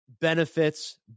benefits